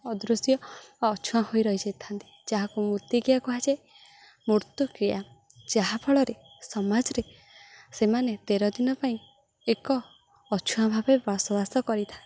ଅଦୃଶ୍ୟ ଅଛୁଆଁ ହୋଇ ରହିଯାଇଥାନ୍ତି ଯାହାକୁ ମୂର୍ତ୍ତିକୀୟା କୁହାଯାଏ ମୃତ୍ୟୁକ୍ରିୟା ଯାହାଫଳରେ ସମାଜରେ ସେମାନେ ତେର ଦିନ ପାଇଁ ଏକ ଅଛୁଆଁ ଭାବେ ବାସବସ କରିଥାନ୍ତି